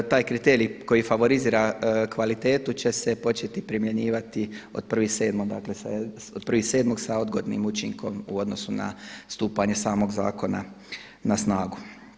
Taj kriterij koji favorizira kvalitetu će se početi primjenjivati od 1.7. dakle od 1.7. sa odgodnim učinkom u odnosu na stupanje samog zakona na snagu.